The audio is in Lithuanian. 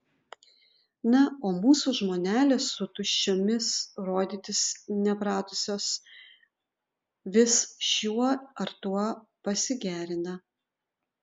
na o mūsų žmonelės su tuščiomis rodytis nepratusios vis šiuo ar tuo pasigerina